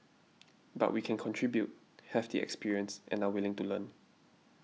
but we can contribute have the experience and are willing to learn